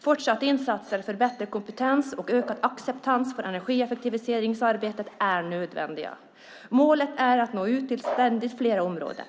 Fortsatta insatser för bättre kompetens och ökad acceptans för energieffektiviseringsarbetet är nödvändiga. Målet är att nå ut till ständigt fler områden.